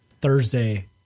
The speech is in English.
Thursday